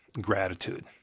gratitude